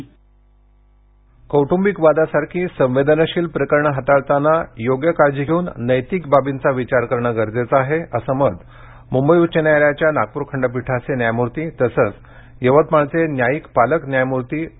यवतमाळ कौट्रुंबिक वादासारखी संवेदनशील प्रकरणं हाताळतांना योग्य काळजी घेऊन नैतिक बाबींचा विचार करण गरजेचं आहे असं मत मुंबई उच्च न्यायालयाच्या नागपूर खंडपीठाचे न्यायमूर्ती तसंच यवतमाळचे न्यायिक पालक न्यायमूर्ती अ